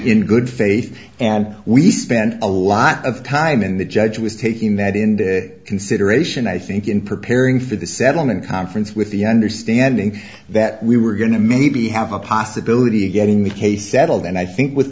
in good faith and we spent a lot of time and the judge was taking that into consideration i think in preparing for the settlement conference with the understanding that we were going to maybe have a possibility of getting the case settled and i think with